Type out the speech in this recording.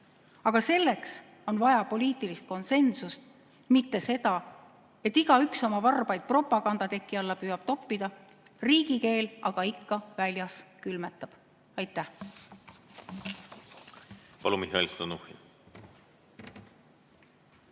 Aga selleks on vaja poliitilist konsensust, mitte seda, et igaüks oma varbaid propagandateki alla püüab toppida, riigi keel aga ikka väljas külmetab. Aitäh! Hea eesistuja!